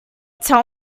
tell